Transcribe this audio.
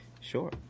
sure